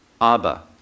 Abba